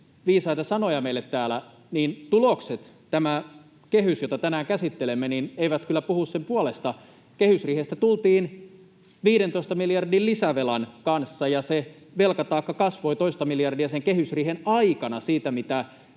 viisaita sanoja meille täällä, niin tulokset, tämä kehys, jota tänään käsittelemme, eivät kyllä puhu sen puolesta: kehysriihestä tultiin 15 miljardin lisävelan kanssa, ja se velkataakka kasvoi toista miljardia kehysriihen aikana siitä, mitä